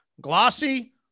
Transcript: glossy